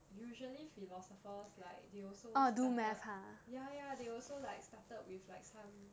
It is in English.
usually philosophers like they also started ya ya they also like started with like some